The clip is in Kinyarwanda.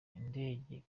indege